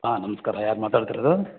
ಹಾಂ ನಮಸ್ಕಾರ ಯಾರು ಮಾತಾಡ್ತಿರೋದು